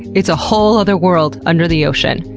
it's a whole other world under the ocean.